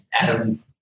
Adam